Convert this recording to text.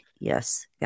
yes